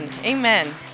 amen